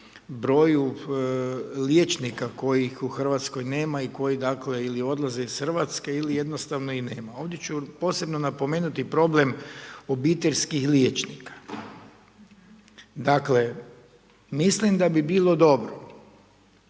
broju liječnika kojih u RH nema i koji, dakle, ili odlaze iz RH ili jednostavno ih nema. Ovdje ću posebno napomenuti problem obiteljskih liječnika. Dakle, mislim da bi bilo dobro